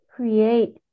create